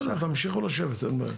בסדר, תמשיכו לשבת, אין בעיה.